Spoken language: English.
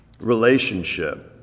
relationship